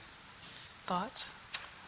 Thoughts